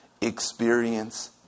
experience